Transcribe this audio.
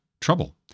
trouble